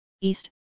east